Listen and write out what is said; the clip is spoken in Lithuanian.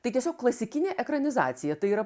tai tiesiog klasikinė ekranizacija tai yra